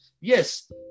Yes